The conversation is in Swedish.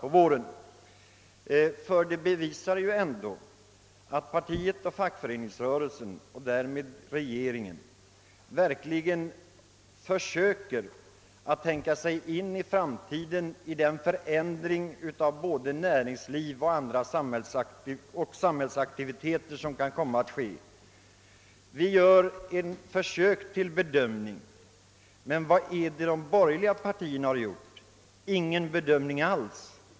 Det förhållandet att ett dylikt program framlagts bevisar ändå att partiet och fackföreningsrörelsen — och därmed regeringen — verkligen försöker tänka sig in i framtiden med de förändringar av näringsliv och samhällsaktiviteter som kan komma till stånd. Vi gör ett försök till bedömning, men vad har de borgerliga partierna gjort? Ingen bedömning alls!